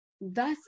thus